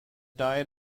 died